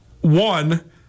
One